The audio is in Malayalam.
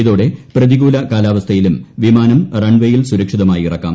ഇതോടെ പ്രതികൂല കാലാവസ്ഥയിലും വിമാനം റൺവേയിൽ സുരക്ഷിതമായി ഇറക്കാം